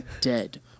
dead